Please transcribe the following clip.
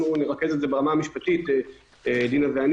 יש בפניך דו"ח כזה?